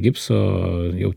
gipso jau